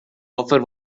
offer